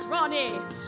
Ronnie